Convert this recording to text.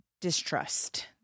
distrust